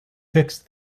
fixed